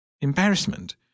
Embarrassment